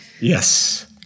Yes